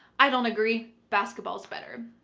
i don't agree. basketball's better.